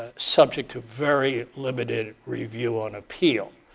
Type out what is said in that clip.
ah subject to very limited review on appeal.